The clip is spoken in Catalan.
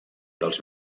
dels